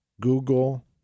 Google